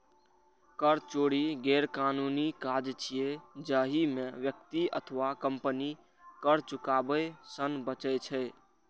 कर चोरी गैरकानूनी काज छियै, जाहि मे व्यक्ति अथवा कंपनी कर चुकाबै सं बचै छै